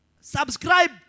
subscribe